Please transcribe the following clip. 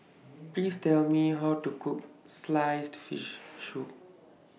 Please Tell Me How to Cook Sliced Fish Soup